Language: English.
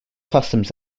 customs